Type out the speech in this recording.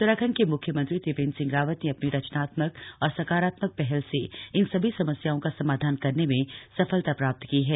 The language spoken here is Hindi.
उत्तराखण्ड के म्ख्यमंत्री त्रिवेन्द्र सिंह रावत ने अ नी रचनात्मक और सकारात्मक हल से इन सभी समस्याओं का समाधान करने में सफलता प्राप्त की है